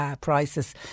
prices